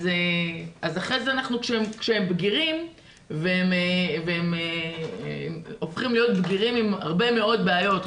אז אחרי זה כשהם בגירים והם הופכים להיות בגירים עם הרבה מאוד בעיות,